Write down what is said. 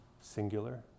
singular